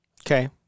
Okay